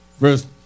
Verse